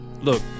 Look